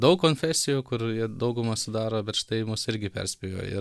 daug konfesijų kur jie daugumą sudaro bet štai mus irgi perspėjo ir